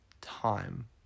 time